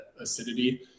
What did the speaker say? acidity